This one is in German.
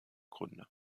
gründe